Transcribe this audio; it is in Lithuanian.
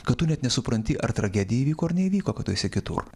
kad tu net nesupranti ar tragedija įvyko ar neįvyko kad tu esi kitur